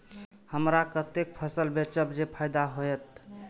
हमरा कते फसल बेचब जे फायदा होयत?